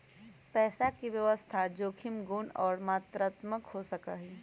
पैसा के व्यवस्था जोखिम गुण और मात्रात्मक हो सका हई